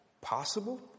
possible